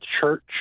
church